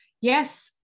yes